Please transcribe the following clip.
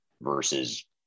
versus